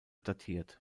datiert